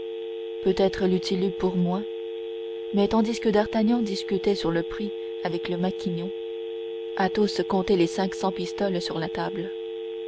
peut-être l'eût-il eu pour moins mais tandis que d'artagnan discutait sur le prix avec le maquignon athos comptait les cent pistoles sur la table